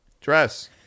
dress